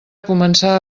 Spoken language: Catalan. començar